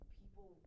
people